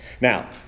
Now